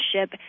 ship